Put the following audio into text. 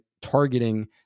targeting